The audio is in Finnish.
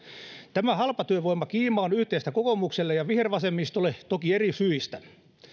tämä halpatyövoimakiima on yhteistä kokoomukselle ja vihervasemmistolle toki eri syistä